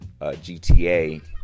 GTA